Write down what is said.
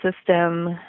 system